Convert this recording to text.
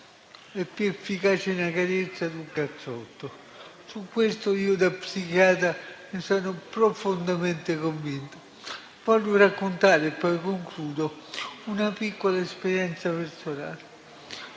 è più efficace una carezza che un cazzotto. Di questo, da psichiatra, sono profondamente convinto. Voglio raccontare una piccola esperienza personale.